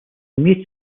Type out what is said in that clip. made